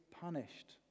punished